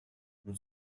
und